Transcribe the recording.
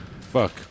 Fuck